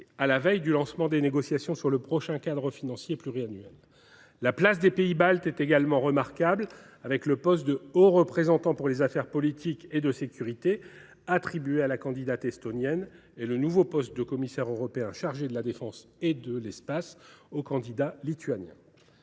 à la veille du lancement des négociations sur le prochain cadre financier pluriannuel. La place des pays baltes est également remarquable. Le poste de haut représentant pour les affaires étrangères et la politique de sécurité a ainsi été attribué à la candidate estonienne et le nouveau poste de commissaire européen chargé de la défense et de l’espace au candidat lituanien.